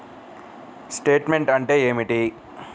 Statement అంటే ఏమిటి?